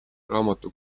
raamatu